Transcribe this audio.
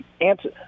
answer